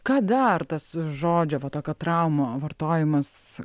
ką dar tas žodžiova tokio truma vartojimas